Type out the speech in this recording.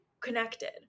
connected